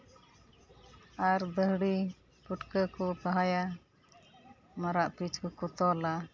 ᱟᱨ ᱫᱟᱹᱦᱲᱤ ᱯᱷᱩᱴᱠᱟᱹ ᱠᱚ ᱵᱟᱦᱟᱭᱟ ᱢᱟᱨᱟᱜ ᱯᱤᱸᱧᱪᱟᱨ ᱠᱚᱠᱚ ᱛᱚᱞᱟ